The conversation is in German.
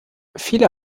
viele